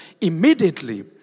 immediately